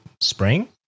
spring